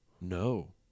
No